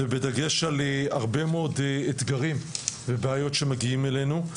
בדגש על הרבה מאוד אתגרים ובעיות שמגיעים אלינו.